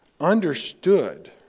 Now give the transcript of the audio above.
understood